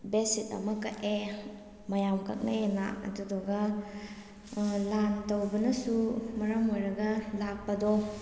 bedsheet ꯑꯃꯥ ꯀꯛꯑꯦ ꯃꯌꯥꯝ ꯀꯛꯅꯩꯑꯦꯅ ꯑꯗꯨꯗꯨꯒ ꯂꯥꯟ ꯇꯧꯕꯅꯁꯨ ꯃꯔꯝ ꯑꯣꯏꯔꯒ ꯂꯥꯛꯄꯗꯣ